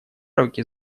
руки